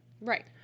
Right